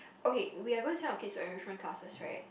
okay we are going to send our kids to enrichment classes right